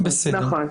נכון.